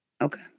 Okay